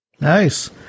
Nice